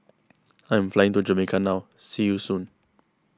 I am flying to Jamaica now see you soon